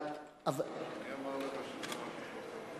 מי אמר לך שזה מה שקורה?